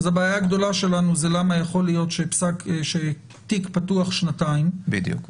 אז בעיה הגדולה שלנו היא למה יכול להיות שתיק פתוח שנתיים --- בדיוק.